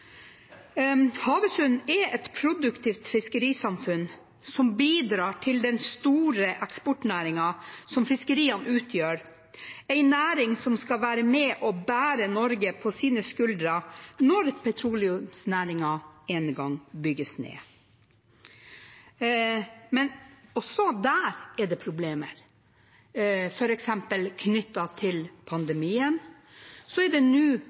Havøysund er et produktivt fiskerisamfunn som bidrar til den store eksportnæringen som fiskeriene utgjør, en næring som skal være med og bære Norge på sine skuldre når petroleumsnæringen en gang bygges ned. Men også der er det problemer, f.eks. er det knyttet til pandemien nå bare halv kapasitet på kystruta, og det